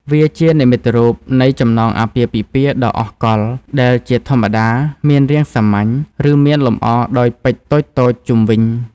វាជានិមិត្តរូបនៃចំណងអាពាហ៍ពិពាហ៍ដ៏អស់កល្ប ដែលជាធម្មតាមានរាងសាមញ្ញ ឬមានលម្អដោយពេជ្រតូចៗជុំវិញ។